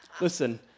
Listen